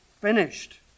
finished